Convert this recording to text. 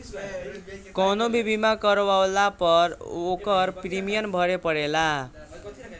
कवनो भी बीमा करवला पअ ओकर प्रीमियम भरे के पड़ेला